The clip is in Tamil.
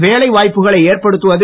வேலைவாய்ப்புக்களை ஏற்படுத்துவது